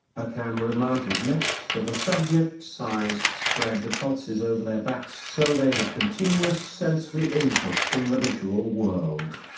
a camera mounted next to the subjects' eyes spread the pulses over their backs so they had continuous sensory input from the visual world.